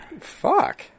Fuck